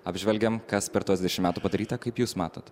apžvelgiam kas per tuos dešimt metų padaryta kaip jūs matot